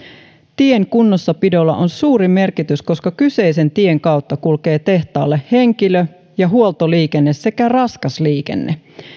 tien kunnossapidolla on suuri merkitys koska kyseisen tien kautta kulkee tehtaalle henkilö ja huoltoliikenne sekä raskas liikenne